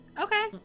Okay